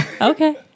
Okay